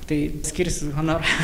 tai skirsim honorarą